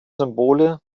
symbole